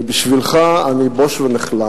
ובשבילך אני בוש ונכלם.